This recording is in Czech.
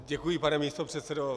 Děkuji pane místopředsedo.